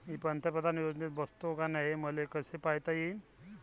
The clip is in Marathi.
मी पंतप्रधान योजनेत बसतो का नाय, हे मले कस पायता येईन?